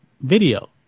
video